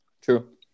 true